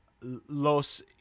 Los